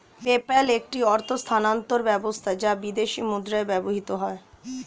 PayPal একটি অর্থ স্থানান্তর ব্যবস্থা যা বিদেশী মুদ্রায় ব্যবহৃত হয়